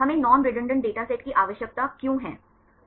हमें non redundant dataset की आवश्यकता क्यों है